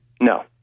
No